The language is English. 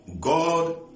God